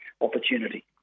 opportunity